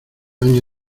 año